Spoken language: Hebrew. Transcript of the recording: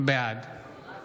בעד